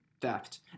theft